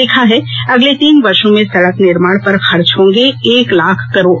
लिखा है अगले तीन वर्षों में सड़क निर्माण पर खर्च होंगे एक लाख करोड़